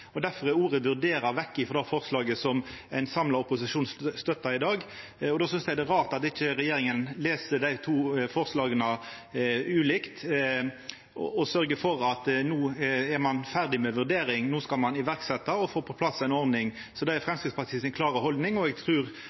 er ordet «vurdera» vekke frå det forslaget som ein samla opposisjon støttar i dag. Då synest eg det er rart at ikkje regjeringa les dei to forslaga ulikt og sørgjer for at ein er ferdig med vurdering og no skal setja i verk og få på plass ei ordning. Det er Framstegspartiets klare haldning, og eg trur